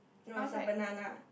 no it's a banana